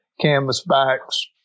canvasbacks